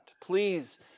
Please